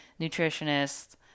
nutritionist